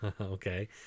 Okay